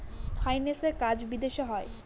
ফাইন্যান্সের কাজ বিদেশে হয়